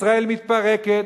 ישראל מתפרקת,